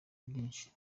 byinshi